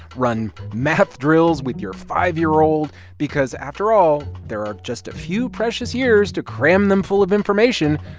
run math drills with your five year old because, after all, there are just a few precious years to cram them full of information,